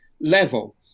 level